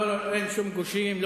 לא, אין שום גושים.